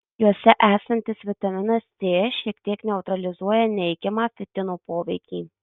juose esantis vitaminas c šiek tiek neutralizuoja neigiamą fitino poveikį